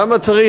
למה צריך,